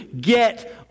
get